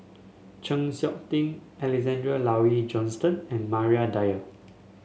Chng Seok Tin Alexander Laurie Johnston and Maria Dyer